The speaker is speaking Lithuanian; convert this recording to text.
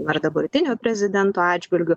na ir dabartinio prezidento atžvilgiu